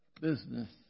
business